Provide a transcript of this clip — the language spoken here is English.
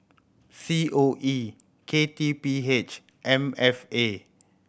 C O E K T P H and M F A